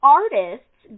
artists